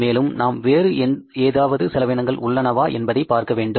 மேலும் நாம் வேறு ஏதாவது செலவினங்கள் உள்ளனவா என்பதை பார்க்க வேண்டும்